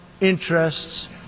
interests